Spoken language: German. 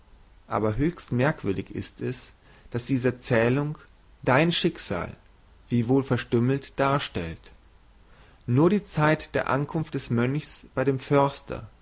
aber höchst merkwürdig ist es daß diese erzählung dein schicksal wiewohl verstümmelt darstellt nur die zeit der ankunft des mönchs bei dem förster